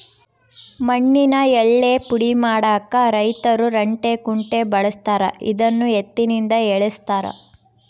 ಮಣ್ಣಿನ ಯಳ್ಳೇ ಪುಡಿ ಮಾಡಾಕ ರೈತರು ರಂಟೆ ಕುಂಟೆ ಬಳಸ್ತಾರ ಇದನ್ನು ಎತ್ತಿನಿಂದ ಎಳೆಸ್ತಾರೆ